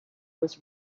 was